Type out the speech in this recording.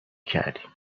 کردیم